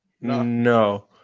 No